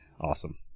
awesome